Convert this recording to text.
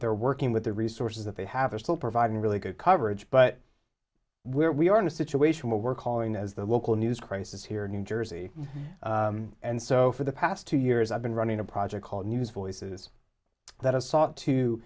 they're working with the resources that they have is still providing really good coverage but where we are in a situation will work calling as the local news crisis here in new jersey and so for the past two years i've been running a project called news voices that